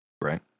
Right